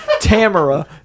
Tamara